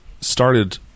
started